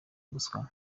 botswana